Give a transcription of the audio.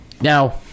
Now